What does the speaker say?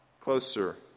closer